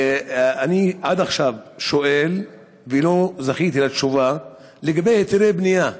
עד עכשיו אני שואל ולא זכיתי לתשובה לגבי היתרי בנייה,